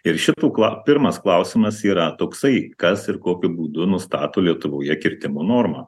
ir šitų kla pirmas klausimas yra toksai kas ir kokiu būdu nustato lietuvoje kirtimo normą